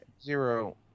Zero